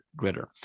gritter